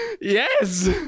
Yes